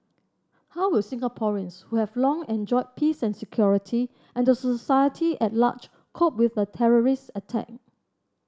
how will Singaporeans who have long enjoyed peace and security and the society at large cope with a terrorist attack